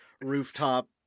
rooftop